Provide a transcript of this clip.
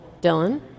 Dylan